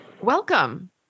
Welcome